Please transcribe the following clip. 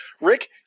Rick